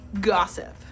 Gossip